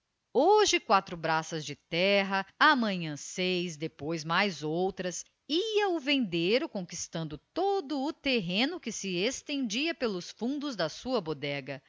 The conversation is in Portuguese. hoje quatro braças de terra amanhã seis depois mais outras ia o vendeiro conquistando todo o terreno que se estendia pelos fundos da sua bodega